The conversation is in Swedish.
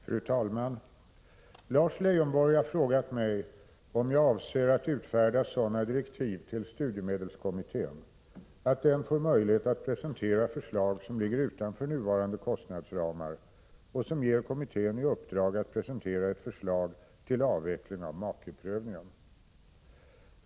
Fru talman! Lars Leijonborg har frågat mig om jag avser utfärda sådana direktiv till studiemedelskommittén att denna får möjlighet att presentera förslag som ligger utanför nuvarande kostnadsramar och som ger kommittén i uppdrag att presentera ett förslag till avveckling av makeprövningen.